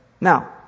Now